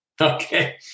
Okay